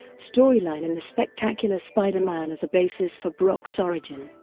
storyline in the spectacular spider-man as a basis for brock's origin.